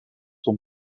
son